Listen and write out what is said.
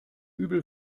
übel